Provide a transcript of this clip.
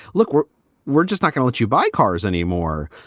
look, we're we're just not gonna let you buy cars anymore,